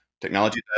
technology